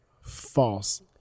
false